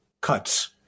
cuts